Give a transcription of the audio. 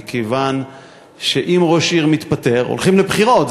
מכיוון שאם ראש עיר מתפטר הולכים לבחירות,